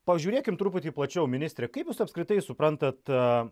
pažiūrėkim truputį plačiau ministrė kaip apskritai suprantat